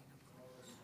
מכובדי היושב-ראש,